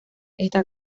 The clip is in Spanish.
está